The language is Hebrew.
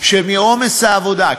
שמעומס העבודה,